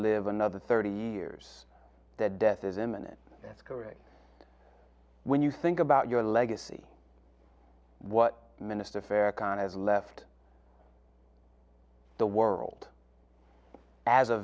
live another thirty years that death is imminent that's correct when you think about your legacy what minister farah khan has left the world as a